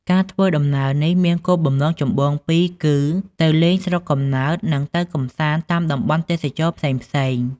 ការធ្វើដំណើរនេះមានគោលបំណងចម្បងពីរ គឺទៅលេងស្រុកកំណើត និងទៅកម្សាន្តតាមតំបន់ទេសចរណ៍ផ្សេងៗ។